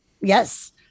Yes